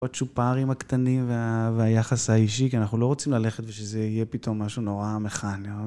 בצ'ופרים הקטנים וה.. והיחס האישי כי אנחנו לא רוצים ללכת ושזה יהיה פתאום משהו נורא מכני